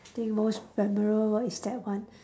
think most memorable one is that one